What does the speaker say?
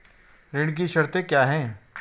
ऋण की शर्तें क्या हैं?